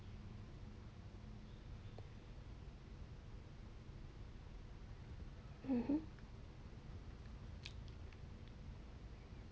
mmhmm